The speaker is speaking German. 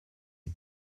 die